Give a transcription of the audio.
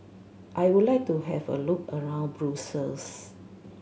I would like to have a look around Brussels